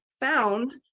found